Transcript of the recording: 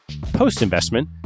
Post-investment